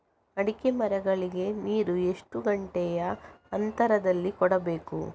ಅಡಿಕೆ ಮರಗಳಿಗೆ ನೀರು ಎಷ್ಟು ಗಂಟೆಯ ಅಂತರದಲಿ ಕೊಡಬೇಕು?